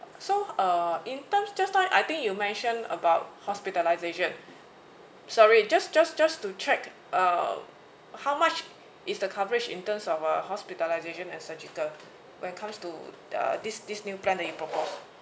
so uh in terms just now I think you mention about hospitalization sorry just just just to check uh how much is the coverage in terms of uh hospitalization as surgical when it comes to uh this this new plan that you proposed